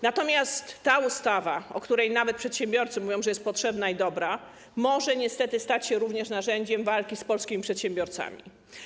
Natomiast ta ustawa, o której nawet przedsiębiorcy mówią, że jest potrzebna i dobra, może niestety stać się również narzędziem walki z polskimi przedsiębiorcami.